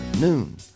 noon